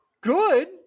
good